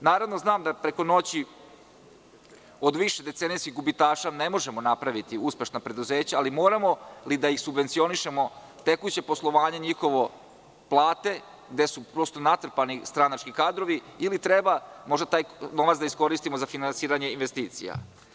Znam da preko noći od višedecenijskih gubitaša ne možemo napraviti uspešna preduzeća, ali moramo li da ih subvencionišemo, njihovo tekuće poslovanje, plate gde su prosto natrpani stranački kadrovi, ili možda taj novac treba da iskoristimo za finansiranje investicija?